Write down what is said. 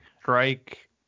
strike